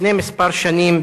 לפני כמה שנים,